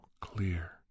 clear